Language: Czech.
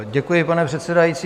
Děkuji, pane předsedající.